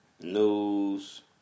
News